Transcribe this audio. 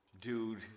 dude